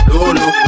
Lulu